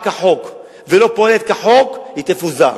אחת בחודש.